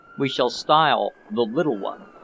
we shall style the little one.